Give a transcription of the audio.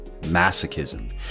masochism